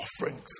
offerings